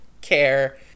care